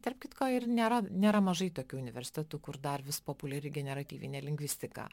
tarp kitko ir nėra nėra mažai tokių universitetų kur dar vis populiari generatyvinė lingvistika